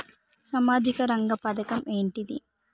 సామాజిక రంగ పథకం అంటే ఏంటిది?